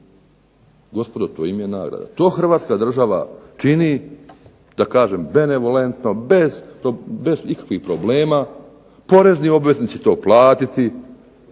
Gospodo to im je nagrada. To Hrvatska čini da kažem benevolentno bez ikakvih problema. Porezni obveznici će to platiti.